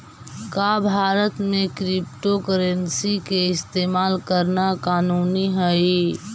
का भारत में क्रिप्टोकरेंसी के इस्तेमाल करना कानूनी हई?